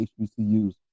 HBCUs